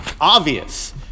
obvious